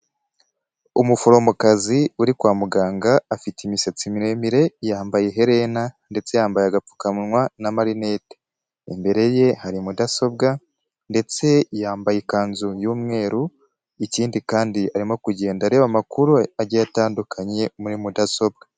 Umuforomokazi uri kwa muganga afite imisatsi miremire yambaye iherena ndetse yambaye agapfukawa na marinete, imbere ye hari mudasobwa ndetse yambaye ikanzu y'umweru, ikindi kandi arimo kugenda areba amakuru agiye atandukanye muri mudasobwa.